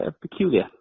peculiar